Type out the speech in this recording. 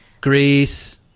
Greece